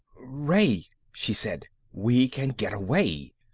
ray, she said, we can get away.